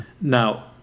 Now